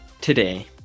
today